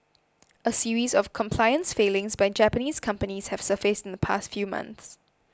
a series of compliance failings by Japanese companies have surfaced in the past few months